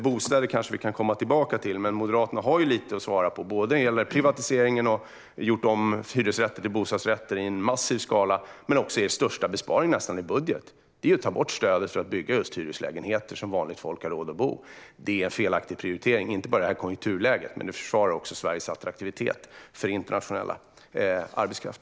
Bostäder kanske vi kan återkomma till, men Moderaterna har ju lite att svara på när det gäller privatiseringen då man gjort om hyresrätter till bostadsrätter i massiv skala och när det gäller er nästan största besparing i budgeten, nämligen att ni har tagit bort stödet för att bygga just hyreslägenheter som vanligt folk har råd att bo i. Det är en felaktig prioritering, inte bara i det här konjunkturläget utan också när det gäller att försvara Sveriges attraktivitet för internationell arbetskraft.